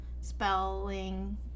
spelling